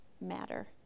matter